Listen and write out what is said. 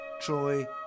Troy